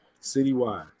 citywide